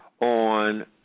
on